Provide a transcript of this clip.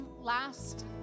last